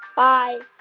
bye